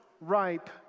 ripe